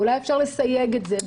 אולי אפשר לסייג את זה,